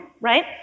right